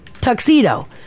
tuxedo